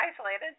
isolated